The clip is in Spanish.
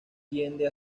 tiende